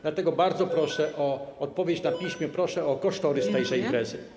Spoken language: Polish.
Dlatego bardzo proszę o odpowiedź na piśmie, proszę o kosztorys tejże imprezy.